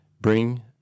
bring